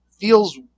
feels